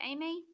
Amy